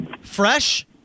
Fresh